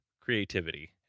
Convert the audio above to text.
creativity